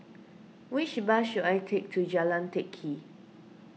which bus should I take to Jalan Teck Kee